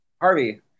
Harvey